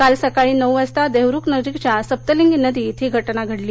काल सकाळी नऊ वाजता दक्कुखनजीकच्या सप्तलिंगी नदीत ही दूर्घटना घडली